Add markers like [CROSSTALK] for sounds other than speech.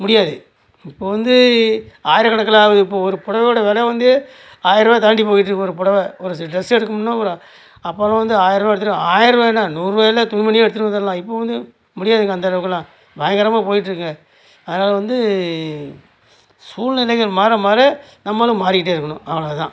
முடியாது இப்போ வந்து ஆயிர கணக்கில் ஆகுது இப்போ ஒரு புடவையோட வில வந்து ஆயர் ரூவாயை தாண்டி போயிட்டுருக்கு ஒரு புடவ ஒரு டிரெஸ் எடுக்கணும்ன்னா [UNINTELLIGIBLE] அப்போலாம் வந்து ஆயர்ரூவா எடுத்துகிட்டு ஆயர்ரூவா என்ன நூறுவாயில் துணிமணியே எடுத்துகிட்டு வந்துட்லாம் இப்போ வந்து முடியாது அந்தளவுக்கு எல்லாம் பயங்கரமாக போயிட்டுருக்கு அதனால வந்து சூழ்நிலைகள் மாற மாற நம்மளும் மாறிக்கிட்டே இருக்கணும் அவ்வளோ தான்